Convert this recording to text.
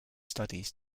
studies